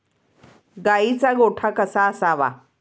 गाईचा गोठा कसा असावा?